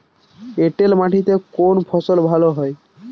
এঁটেল মাটিতে কোন ফসল ভালো হয়?